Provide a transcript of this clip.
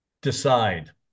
decide